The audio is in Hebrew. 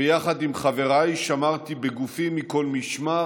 ביחד עם חבריי שמרתי בגופי מכל משמר